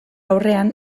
aurrean